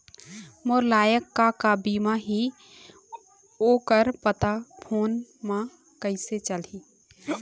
मोर लायक का का बीमा ही ओ कर पता फ़ोन म कइसे चलही?